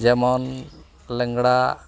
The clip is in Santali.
ᱡᱮᱢᱚᱱ ᱞᱮᱝᱲᱟ